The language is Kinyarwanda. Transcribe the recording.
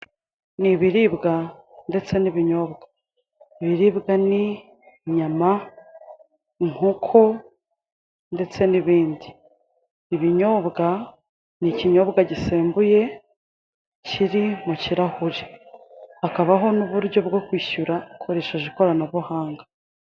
Ni ibiribwa ndetse n'ibinyobwa, ibiribwa ni: inyama, inkoko ndetse n'ibindi. Ibinyobwa ni ikinyobwa gisembuye kiri mu kirahure, hakabaho n'uburyo bwo kwishyura ukoresheje ikoranabuhanga.